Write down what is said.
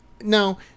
No